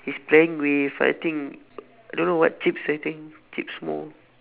he's playing with I think don't know what chips I think chips more